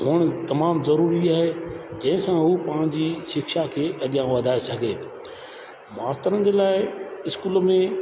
हुअणु तमामु ज़रूरी आहे जंहिं सां उहो पाण जी शिक्षा खे अॻियां वधाए सघे मास्तरनि जे लाइ स्कूल में